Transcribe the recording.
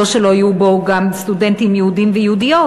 לא שלא היו בו גם סטודנטים יהודים ויהודיות,